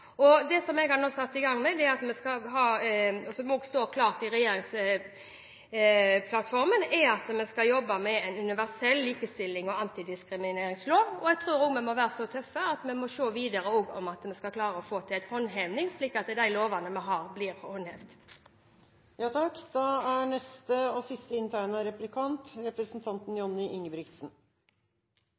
satt i gang med, og som også står klart i regjeringsplattformen, er å jobbe med en universell likestillings- og antidiskrimineringslov. Jeg tror vi må være så tøffe at vi også må se lenger – at vi klarer å få til at de lovene vi har, blir håndhevet. Etter flere høylytte protester og